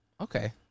Okay